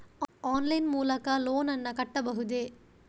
Online line ಮೂಲಕ loan ನನ್ನ ಕಟ್ಟಬಹುದೇ?